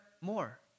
more